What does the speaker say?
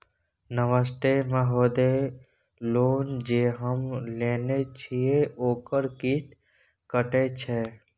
नमस्ते महोदय, लोन जे हम लेने छिये ओकर किस्त कत्ते छै?